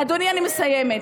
אדוני, אני מסיימת.